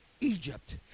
Egypt